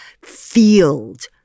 field